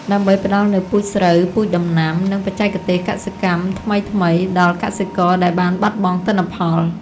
ដើម្បីផ្តល់នូវពូជស្រូវ ពូជដំណាំ និងបច្ចេកទេសកសិកម្មថ្មីៗដល់កសិករដែលបានបាត់បង់ទិន្នផល។